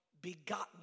begotten